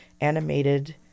animated